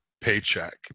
paycheck